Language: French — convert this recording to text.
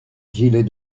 gilet